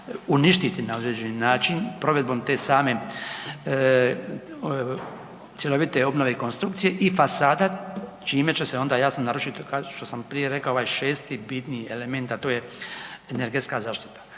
uništiti na određeni način provedbom te same cjelovite obnove i konstrukcije i fasada čime će se onda jasno narušit, što sam prije rekao, ovaj šesti bitni element, a to je energetska zaštita.